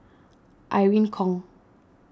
Irene Khong